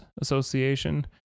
association